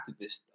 activist